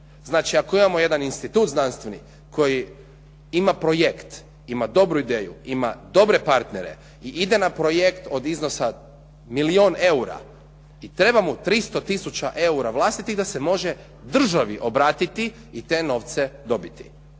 Znači ako imamo jedan institut znanstveni koji ima projekt, ima dobru ideju, ima dobre partnere i ide na projekt od iznosa milijun eura i treba mu 300 tisuća eura vlastitih da se može državi obratiti i te novce dobiti.